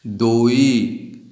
ଦୁଇ